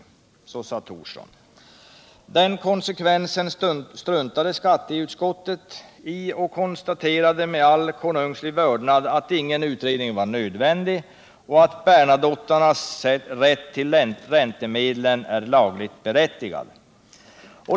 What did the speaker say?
Den konsekvensen struntade skatteutskottet i och konstaterade med all undersåtlig vördnad att ingen utredning var nödvändig och att ”Bernadotternas rätt till räntemedlen är lagligt berättigad”.